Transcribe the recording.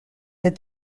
that